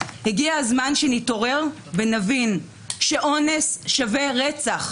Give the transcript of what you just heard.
הגיע הזמן שנתעורר ונבין שאונס שווה רצח.